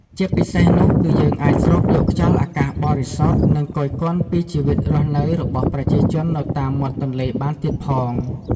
ជាពិសេសនោះគឺយើងអាចស្រូបយកខ្យល់អាកាសបរិសុទ្ធ និងគយគន់ពីជីវិតរស់នៅរបស់ប្រជាជននៅតាមមាត់ទន្លេបានទៀតផង ។